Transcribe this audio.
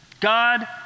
God